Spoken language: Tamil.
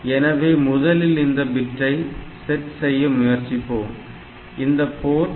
எனவே முதலில் இந்த பிட்டை செட் செய்ய முயற்சிப்போம் இந்த போர்ட் 1